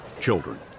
children